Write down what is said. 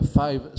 five